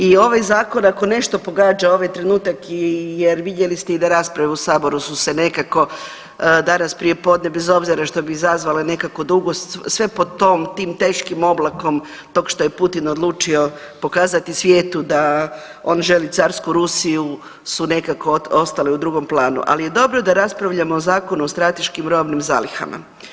I ovaj zakon ako nešto pogađa ovaj trenutak jer vidjeli ste i da rasprave u saboru su se nekako danas prije podne bez obzira što bi izazvale nekakvu dugost, sve pod tom, tim teškim oblakom tog što je Putin odlučio pokazati svijetu da on želi carsku Rusiju su nekako ostali u drugom planu, ali je dobro da raspravljamo o Zakonu o strateškim robnim zalihama.